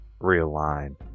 realigned